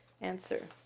Answer